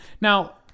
Now